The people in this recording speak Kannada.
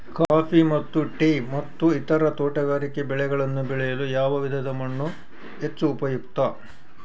ಕಾಫಿ ಮತ್ತು ಟೇ ಮತ್ತು ಇತರ ತೋಟಗಾರಿಕೆ ಬೆಳೆಗಳನ್ನು ಬೆಳೆಯಲು ಯಾವ ವಿಧದ ಮಣ್ಣು ಹೆಚ್ಚು ಉಪಯುಕ್ತ?